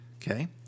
Okay